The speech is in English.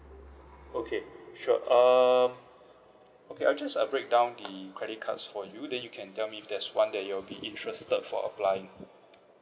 okay sure err okay I'll just uh breakdown the credit cards for you then you can tell me if there's one that you'll be interested for applying